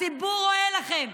הציבור רואה לכם,